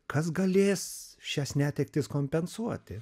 kas galės šias netektis kompensuoti